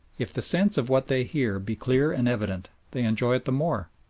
if the sense of what they hear be clear and evident, they enjoy it the more,